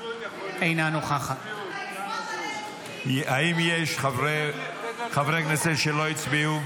אינו נוכח האם יש חברי כנסת שלא הצביעו?